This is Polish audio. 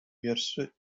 wierszy